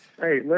Hey